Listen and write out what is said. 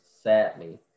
sadly